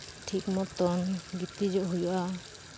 ᱴᱷᱤᱠ ᱢᱚᱛᱚᱱ ᱜᱤᱛᱤᱡᱚᱜ ᱦᱩᱭᱩᱜᱼᱟ